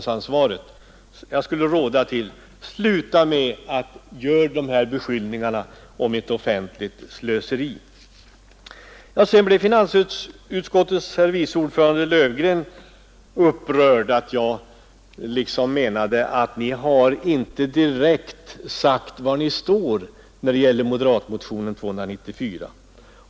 Sluta upp med dessa beskyllningar om ett offentligt slöseri! Finansutskottets vice ordförande herr Löfgren blev upprörd över mitt påstående att ni på borgerligt håll inte direkt har sagt var ni står beträffande moderatmotionen 294.